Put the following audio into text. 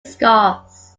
scarce